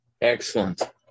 Excellent